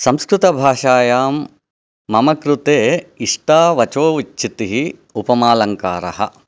संस्कृतभाषायां मम कृते इष्टा वचोविच्छित्तिः उपमालङ्कारः